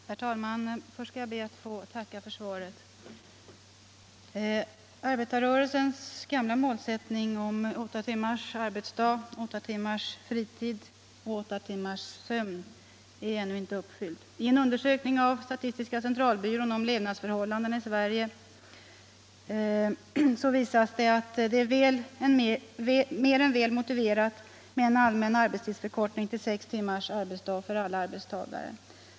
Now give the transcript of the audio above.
Herr talman! Först ber jag att få tacka för svaret. Arbetarrörelsens gamla målsättning om åtta timmars arbetsdag, åtta timmars fritid och åtta timmars sömn är ännu inte uppfylld. En undersökning som statististiska centralbyrån har gjort om levnadsförhållandena i Sverige visar att det är mer än väl motiverat med en allmän arbetstidsförkortning till sex timmars arbetsdag för alla arbetstagare.